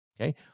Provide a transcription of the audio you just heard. okay